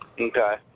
Okay